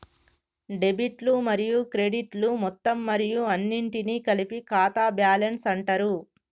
డెబిట్లు మరియు క్రెడిట్లు మొత్తం మరియు అన్నింటినీ కలిపి ఖాతా బ్యాలెన్స్ అంటరు